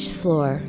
floor